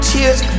Tears